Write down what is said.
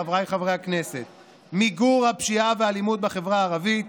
חבריי חברי הכנסת: מיגור הפשיעה והאלימות בחברה הערבית,